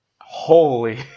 holy